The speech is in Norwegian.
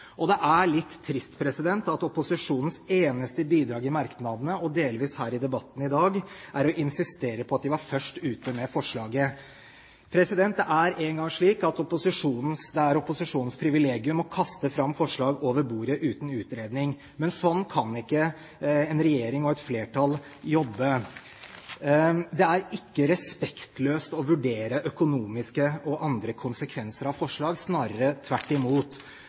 Det er litt trist at opposisjonens eneste bidrag i merknadene og delvis her i debatten i dag er å insistere på at de var først ute med forslaget. Det er nå engang slik at det er opposisjonens privilegium å kaste fram forslag over bordet uten utredning, men slik kan ikke en regjering og et flertall jobbe. Det er ikke respektløst å vurdere økonomiske og andre konsekvenser av forslag, snarere tvert imot.